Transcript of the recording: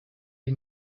die